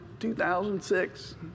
2006